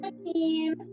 Christine